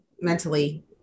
mentally